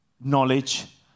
knowledge